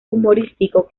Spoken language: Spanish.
humorístico